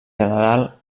general